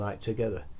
together